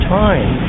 time